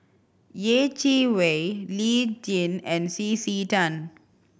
Yeh Chi Wei Lee Tjin and C C Tan